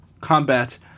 combat